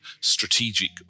strategic